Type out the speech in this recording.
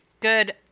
good